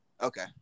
Okay